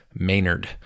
Maynard